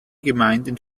gemeinden